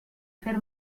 fer